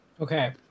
Okay